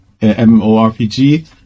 MMORPG